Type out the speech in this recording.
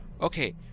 okay